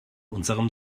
unserem